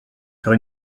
faire